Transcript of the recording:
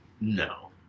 No